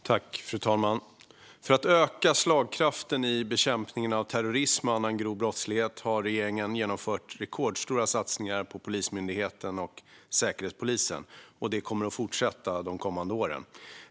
Fru talman! För att öka slagkraften i bekämpningen av terrorism och annan grov brottslighet har regeringen genomfört rekordstora satsningar på Polismyndigheten och Säkerhetspolisen, och det kommer att fortsätta de kommande åren.